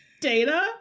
Data